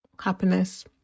happiness